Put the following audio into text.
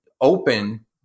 open